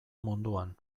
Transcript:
munduan